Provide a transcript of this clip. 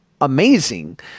amazing